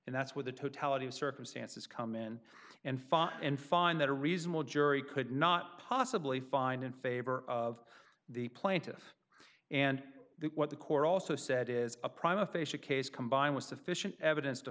and that's where the totality of circumstances come in and find and find that a reasonable jury could not possibly find in favor of the plaintiff and what the court also said is a prime aphasia case combined with sufficient evidence to